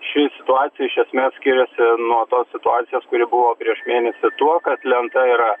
ši situacija iš esmės skiriasi nuo tos situacijos kuri buvo prieš mėnesį tuo kad lenta yra